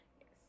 Yes